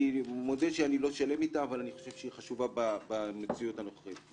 מודה שאיני שלם איתה אבל אני חושב שהיא חשובה במציאות הנוכחית.